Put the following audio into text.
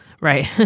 right